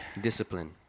Discipline